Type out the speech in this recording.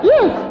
Yes